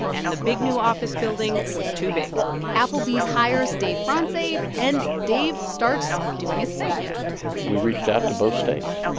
and the big, new office building was too big applebee's hires dave frantze, and dave starts doing his thing we reached out to both states,